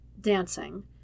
dancing